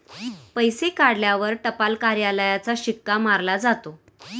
पैसे काढल्यावर टपाल कार्यालयाचा शिक्का मारला जातो